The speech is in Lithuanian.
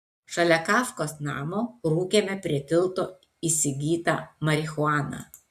šalia kafkos namo rūkėme prie tilto įsigytą marihuaną